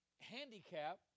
handicap